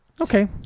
Okay